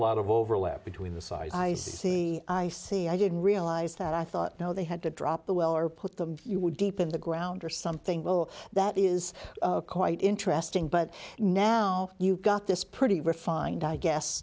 lot of overlap between the size i see i see i didn't realize that i thought they had to drop the well or put them you would deep in the ground or something will that is quite interesting but now you've got this pretty refined i guess